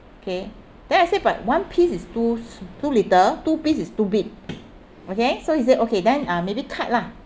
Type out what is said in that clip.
okay then I say but one piece is too too little two piece is too big okay so he said okay then uh maybe cut lah